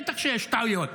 בטח שיש טעויות,